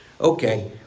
Okay